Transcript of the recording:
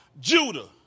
Judah